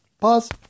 Pause